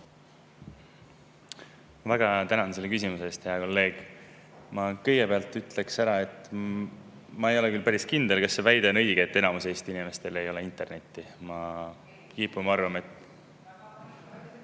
väga tänan selle küsimuse eest, hea kolleeg. Ma kõigepealt ütlen, et ma ei ole küll päris kindel, kas see väide on õige, et enamikul Eesti inimestel ei ole internetti. Ma kipun arvama, et